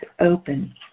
open